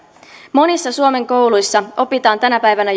monissa suomen kouluissa opitaan tänä päivänä